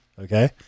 Okay